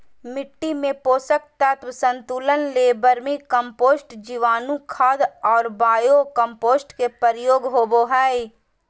मिट्टी में पोषक तत्व संतुलन ले वर्मी कम्पोस्ट, जीवाणुखाद और बायो कम्पोस्ट के प्रयोग होबो हइ